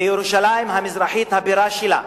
וירושלים המזרחית הבירה שלה.